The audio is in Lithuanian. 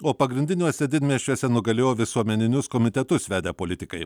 o pagrindiniuose didmiesčiuose nugalėjo visuomeninius komitetus vedę politikai